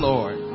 Lord